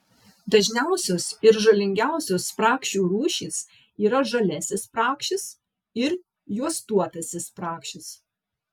dažniausios ir žalingiausios spragšių rūšys yra žaliasis spragšis ir juostuotasis spragšis